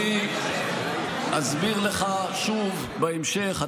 אני אסביר לך שוב, בהמשך.